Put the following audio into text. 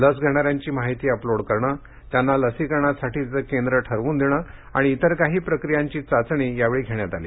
लस घेणाऱ्यांची माहिती अपलोड करणं त्यांना लसीकरणासाठीचं केंद्र ठरवून देणं आणि इतर काही प्रक्रियांची चाचणी यावेळी घेण्यात आली